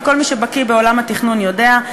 וכל מי שבקי בעולם התכנון יודע,